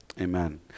Amen